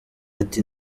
ati